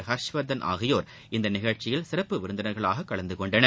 ஹர்ஷவர்தன் ஆகியோர் இந்த நிகழ்ச்சியில் சிறப்பு விருந்தினர்களாக கலந்து கொண்டனர்